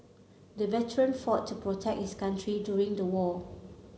the veteran fought to protect his country during the war